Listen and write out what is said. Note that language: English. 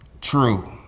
true